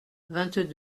vingt